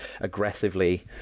aggressively